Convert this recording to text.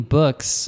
books